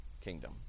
kingdom